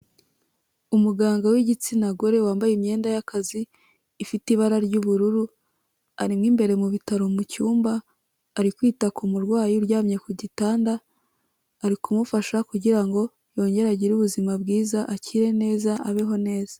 Umuganga w'igitsina gore wambaye imyenda y'akazi, ifite ibara ry'ubururu ari mo imbere mu bitaro mu cyumba ari kwita ku murwayi uryamye ku gitanda, ari kumufasha kugira ngo yongere agire ubuzima bwiza akire neza abeho neza.